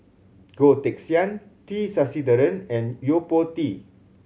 Goh Teck Sian T Sasitharan and Yo Po Tee